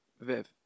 viv